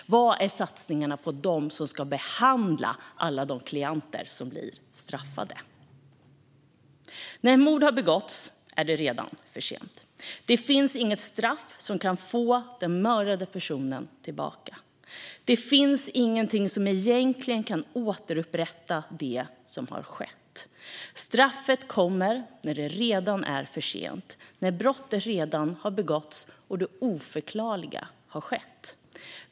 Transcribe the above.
Var är satsningarna på dem som ska behandla alla de klienter som straffas? När ett mord har begåtts är det redan för sent. Det finns inget straff som kan få den mördade personen tillbaka. Det finns inget som kan ge upprättelse för det som skett. Straffet kommer när det redan är för sent, när brottet redan har begåtts och det oförklarliga har skett.